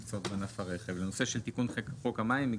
לנושא תיקון חוק המים.